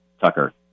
Tucker